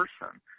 person